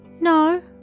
No